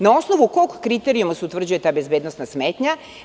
Na osnovu kog kriterijuma se utvrđuje ta bezbednosna smetnja?